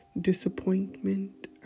disappointment